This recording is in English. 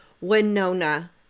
Winona